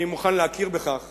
אני מוכן להכיר בכך